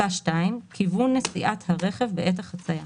(2)כיוון נסיעת הרכב בעת החצייה,